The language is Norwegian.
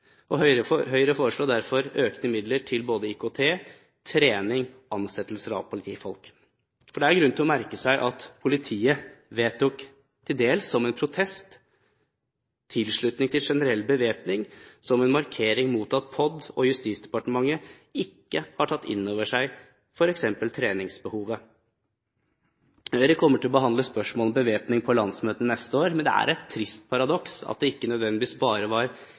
politifolk. Høyre foreslår derfor økte midler til både IKT, til trening og til ansettelse av politifolk. Det er grunn til å merke seg at politiet, til dels som en protest, vedtok en tilslutning til generell bevæpning som en markering mot at POD og Justisdepartementet ikke har tatt inn over seg f.eks. treningsbehovet. Høyre kommer til å behandle spørsmålet om bevæpning på sitt landsmøte neste år. Det er et trist paradoks at det ikke nødvendigvis bare var